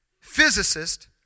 physicist